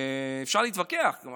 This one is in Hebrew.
אפשר להתווכח, כמובן.